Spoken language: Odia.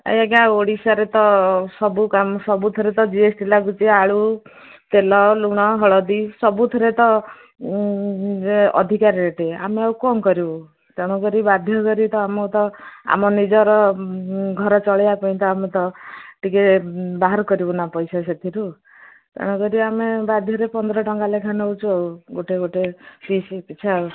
ଆ ଆଜ୍ଞା ଓଡ଼ିଶାରେ ତ ସବୁ କାମ ସବୁଥିରେ ତ ଜି ଏସ୍ ଟି ଲାଗୁଛି ଆଳୁ ତେଲ ଲୁଣ ହଳଦୀ ସବୁଥିରେ ତ ଅଧିକା ରେଟ୍ ଆମେ ଆଉ କ'ଣ କରିବୁ ତେଣୁକରି ବାଧ୍ୟ କରି ତ ଆମକୁ ତ ଆମ ନିଜର ଘର ଚଳେଇବା ପାଇଁ ତ ଆମେ ତ ଟିକେ ବାହାର କରିବୁ ନା ପଇସା ସେଥିରୁ ତେଣୁକରି ଆମେ ବାଧ୍ୟରେ ପନ୍ଦର ଟଙ୍କା ଲେଖାଏଁ ନେଉଛୁ ଆଉ ଗୋଟେ ଗୋଟେ ପିସ୍ ପିଛା ଆଉ